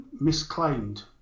misclaimed